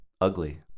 ugly